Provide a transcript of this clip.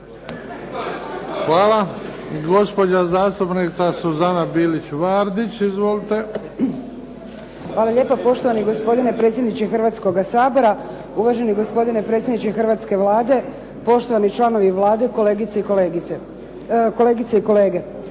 Hvala. Gospođa zastupnica Suzana Bilić Vardić. Izvolite. **Bilić Vardić, Suzana (HDZ)** Hvala lijepo, poštovani gospodine predsjedniče Hrvatskoga sabora. Uvaženi gospodine predsjedniče hrvatske Vlade, poštovani članovi Vlade. Kolegice i kolege.